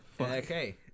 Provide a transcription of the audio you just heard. Okay